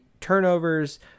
turnovers